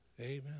Amen